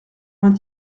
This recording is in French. vingt